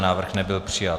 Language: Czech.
Návrh nebyl přijat.